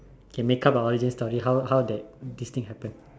can make up an origin story how how that this thing happen